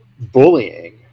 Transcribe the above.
bullying